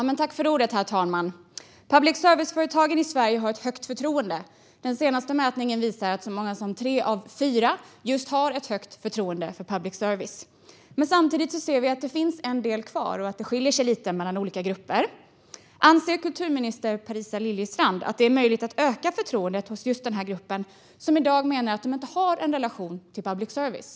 Herr talman! Public service-företagen i Sverige har ett högt förtroende. Den senaste mätningen visar att så många som tre av fyra har ett högt förtroende för public service. Men samtidigt ser vi att det finns en del kvar att göra och att det skiljer sig lite mellan olika grupper. Anser kulturminister Parisa Liljestrand att det är möjligt att öka förtroendet hos just denna grupp, som menar att de i dag inte har en relation till public service?